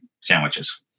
sandwiches